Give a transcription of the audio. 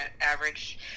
average